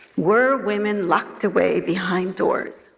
were women locked away behind doors,